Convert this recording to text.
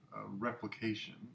replication